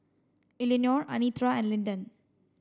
Eleonore Anitra and Linden